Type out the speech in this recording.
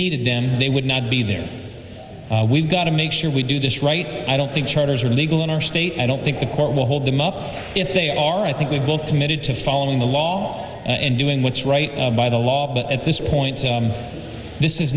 needed then they would not be there we've got to make sure we do this right i don't think charters are legal in our state i don't think the court will hold them up if they are i think we both committed to following the law and doing what's right by the law but at this point this is